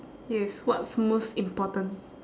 yes what's most important